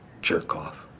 jerk-off